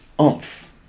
oomph